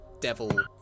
devil